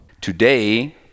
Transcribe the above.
Today